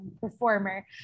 performer